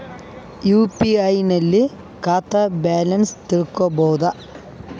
UPI ನಲ್ಲಿ ಖಾತಾ balance ತಿಳಕೊ ಬಹುದಾ?